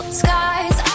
skies